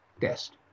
test